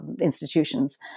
institutions